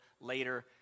later